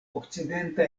okcidenta